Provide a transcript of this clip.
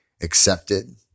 accepted